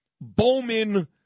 Bowman